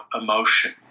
emotion